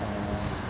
orh